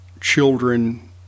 children